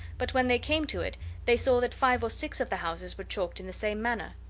but when they came to it they saw that five or six of the houses were chalked in the same manner.